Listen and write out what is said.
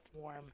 form